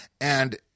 and-